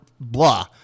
Blah